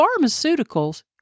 pharmaceuticals